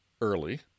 early